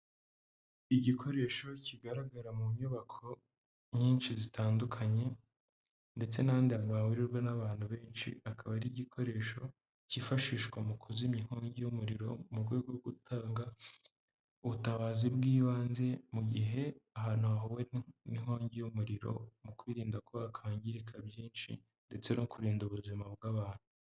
Igikoresho kigaragara mu nyubako nyinshi zitandukanye ndetse n'ahandi hantu hahurirwa n'abantu benshi, akaba ari igikoresho cyifashishwa mu kuzimya inkingi y'umuriro mu rwego rwo gutanga ubutabazi bw'ibanze, mu gihe ahantu hahuwe n'inkongi y'umuriro mu kwirinda ko hakangirika byinshi ndetse no kurinda ubuzima bw'abantu.